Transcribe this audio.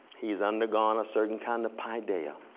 he's undergone a certain kind of paideia.